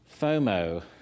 FOMO